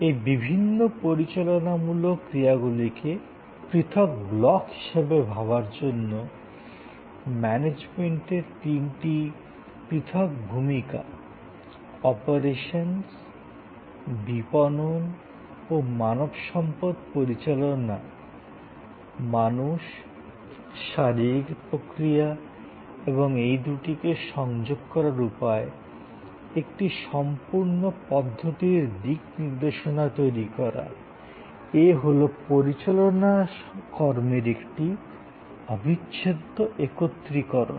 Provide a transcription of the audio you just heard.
এই বিভিন্ন পরিচালনামূলক ক্রিয়াগুলিকে পৃথক ব্লক হিসাবে ভাবার জন্য মানাজেমেন্টের তিনটি পৃথক ভূমিকা অপারেশনস বিপণন ও মানবসম্পদ পরিচালনা মানুষ শারীরিক প্রক্রিয়া এবং এই দুটিকে সংযোগ করার উপায় একটি সম্পূর্ণ পদ্ধতির দিকনির্দেশনা তৈরি করা এ হলো পরিচালনা কর্মের একটি অবিচ্ছেদ্য একত্রীকরণ